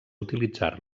utilitzar